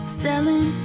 selling